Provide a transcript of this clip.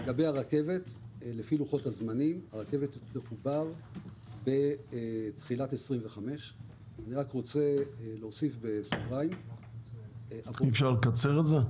לגבי הרכבת לפי לוחות הזמנים הרכבת תחובר בתחילת 25'. אני רק רוצה להוסיף בסוגריים -- אי אפשר לקצר את זה?